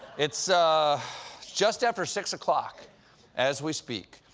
it's just after six clrks as we speak,